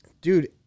Dude